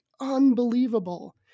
unbelievable